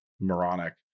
Moronic